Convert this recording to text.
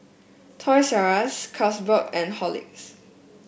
Toys R Us Carlsberg and Horlicks